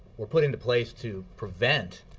were put into place to prevent